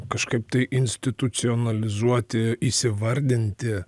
kažkaip tai institucionalizuoti įsivardinti